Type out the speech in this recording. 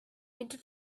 into